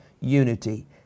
unity